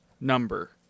number